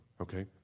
okay